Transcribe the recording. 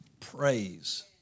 praise